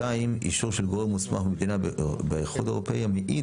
אישור של גורם מוסמך במדינה באיחוד האירופי המעיד